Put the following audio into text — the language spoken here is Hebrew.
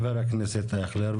חבר הכנסת אייכלר,